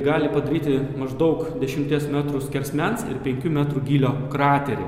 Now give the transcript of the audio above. gali padaryti maždaug dešimties metrų skersmens ir penkių metrų gylio kraterį